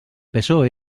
psoe